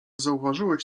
zauważyłeś